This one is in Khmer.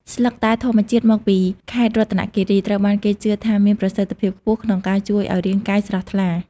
ស្លឹកតែធម្មជាតិមកពីខេត្តរតនគិរី ត្រូវបានគេជឿថាមានប្រសិទ្ធភាពខ្ពស់ក្នុងការជួយឱ្យរាងកាយស្រស់ថ្លា។